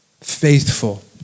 faithful